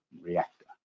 reactor